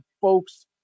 folks